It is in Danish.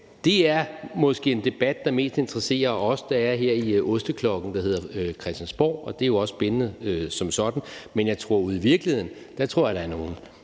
det er måske en debat, der mest interesserer os, der er her i osteklokken, der hedder Christiansborg. Og det er jo også spændende som sådan. Men ude i virkeligheden tror jeg der er nogle